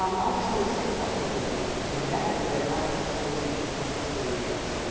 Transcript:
um i just want to say a couple of things, and that is that i was a school teacher for sixteen years.